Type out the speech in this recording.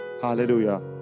Hallelujah